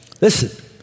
Listen